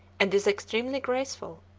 and is extremely graceful,